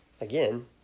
Again